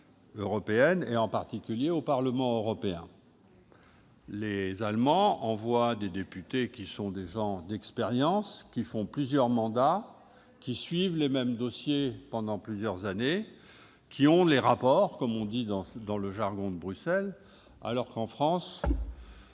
et en particulier au Parlement européen : les Allemands y envoient des députés expérimentés, qui font plusieurs mandats, qui suivent les mêmes dossiers pendant plusieurs années, qui « ont les rapports », comme on dit dans le jargon de Bruxelles, alors que les